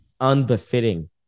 unbefitting